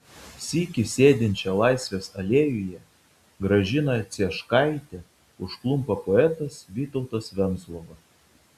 sykį sėdinčią laisvės alėjoje gražiną cieškaitę užklumpa poetas vytautas venclova